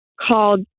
called